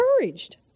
encouraged